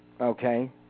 Okay